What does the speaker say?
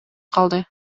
калды